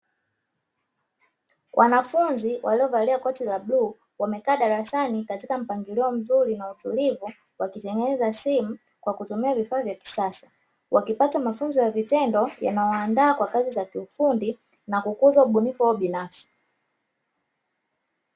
Wanafunzi waliovalia koti la bluu wamekaa darasani katika mpangilio mzuri na utulivu, wakitengeneza simu kwa kutumia vifaa vya kisasa. Wakipata mafunzo ya vitendo yayowaandaa kwa kazi za kiufundi na kuongeza ubunifu wao binafsi.